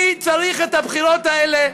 מי צריך את הבחירות האלה?